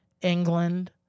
England